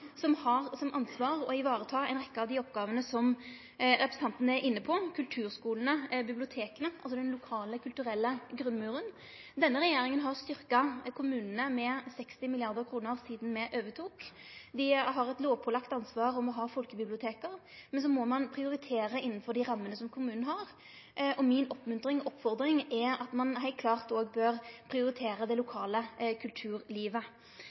som har som ansvar å vareta ei rekkje av dei oppgåvene som representanten er inne på, som kulturskulane og biblioteka – den lokale, kulturelle grunnmuren. Denne regjeringa har styrkt kommunane med 60 mrd. kr sidan me overtok. Dei har eit lovpålagt ansvar om å ha folkebibliotek, men så må ein prioritere innanfor dei rammene kommunen har. Mi oppmoding er at ein heilt klart òg bør prioritere det lokale kulturlivet.